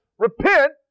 Repent